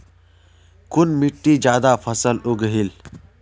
कुन मिट्टी ज्यादा फसल उगहिल?